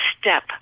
step